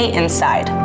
inside